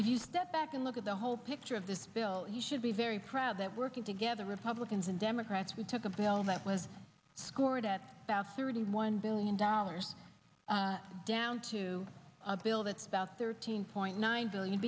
if you step back and look at the whole picture of this bill should be very proud that working together republicans and democrats we took a bill that was scored at about thirty one billion dollars down to a bill that's about thirteen point nine billion